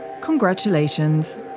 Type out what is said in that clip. Congratulations